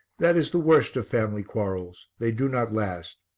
that is the worst of family quarrels they do not last.